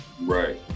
Right